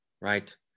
Right